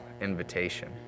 invitation